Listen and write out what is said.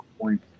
point